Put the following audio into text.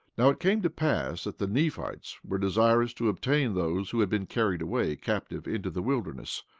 now it came to pass that the nephites were desirous to obtain those who had been carried away captive into the wilderness.